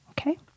Okay